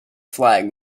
flag